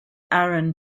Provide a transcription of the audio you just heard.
aaron